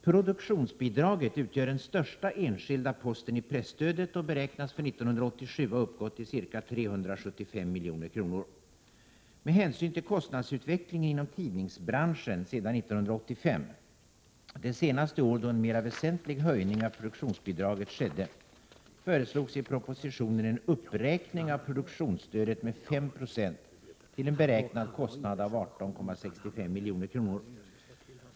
Produktionsbidraget utgör den största enskilda posten i presstödet och beräknas för 1987 ha uppgått till ca 375 milj.kr. Med hänsyn till kostnadsutvecklingen inom tidningsbranschen sedan 1985 — det senaste år då en mer väsentlig höjning av produktionsbidraget skedde — föreslogs i propositionen en uppräkning av produktionsstödet med 5 9 till en beräknad kostnad av 18,65 milj.kr.